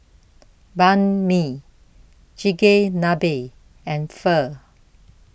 Banh Mi Chigenabe and Pho